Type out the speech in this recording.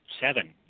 seven